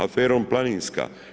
Aferom Planinska?